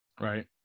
Right